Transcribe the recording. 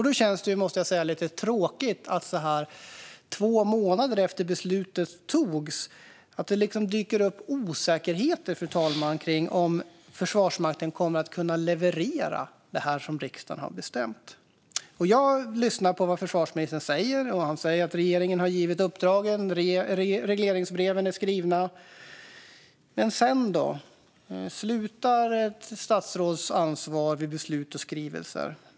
Då känns det lite tråkigt att det så här två månader efter beslutet dyker upp osäkerheter om huruvida Försvarsmakten kommer att kunna leverera det som riksdagen har bestämt. Jag lyssnar på vad försvarsministern säger. Han säger att regeringen har givit uppdrag och att regleringsbreven är skrivna. Men sedan då? Slutar ett statsråds ansvar vid beslut och skrivelser?